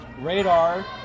Radar